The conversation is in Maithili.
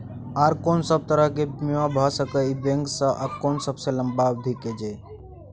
आर कोन सब तरह के बीमा भ सके इ बैंक स आ कोन सबसे लंबा अवधि के ये?